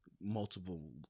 multiple